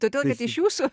todėl iš jūsų